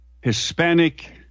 Hispanic